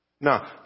Now